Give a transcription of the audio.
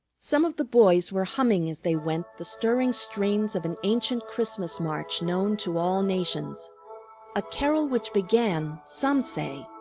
some of the boys were humming as they went the stirring strains of an ancient christmas march known to all nations a carol which began, some say,